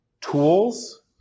tools